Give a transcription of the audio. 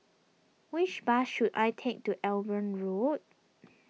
which bus should I take to Eben Road